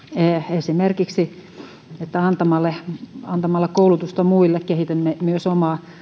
esimerkiksi niin että antamalla koulutusta muille kehitämme myös omaa